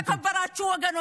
הרי מדובר בקהילה,